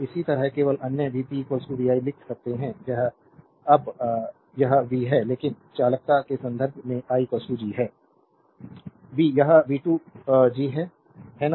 इसी तरह केवल अन्य भी p vi लिख सकते हैं अब यह v है लेकिन चालकता के संदर्भ में i G है वी यह v2 G है है ना